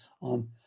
on